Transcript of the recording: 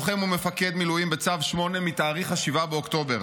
לוחם ומפקד מילואים בצו 8 מתאריך 7 באוקטובר.